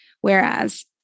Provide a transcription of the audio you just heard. whereas